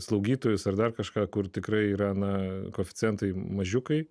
slaugytojus ar dar kažką kur tikrai yra na koeficientai mažiukai